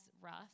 rough